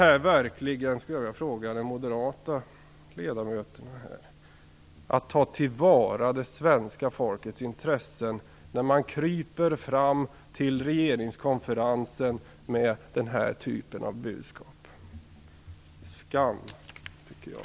Jag vill fråga de moderata ledamöterna om det här verkligen är att ta till vara det svenska folkets intressen, när man kryper fram till regeringskonferensen med den typen av budskap. Det är en skam, tycker jag.